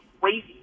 crazy